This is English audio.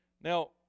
Now